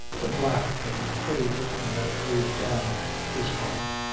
the black an' heavy burden that weighs down his heart!